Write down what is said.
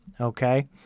okay